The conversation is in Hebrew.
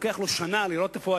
לוקח לו שנה לראות איפה הצפון.